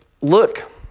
Look